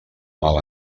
mal